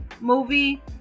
movie